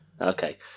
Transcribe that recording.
Okay